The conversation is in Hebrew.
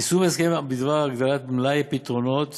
יישום ההסכמים בדבר הגדלת מלאי פתרונות